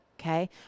Okay